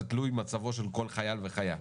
זה תלוי מצבו של כל חייל וחייל.